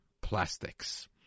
plastics